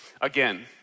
again